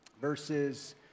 verses